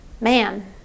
man